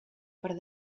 per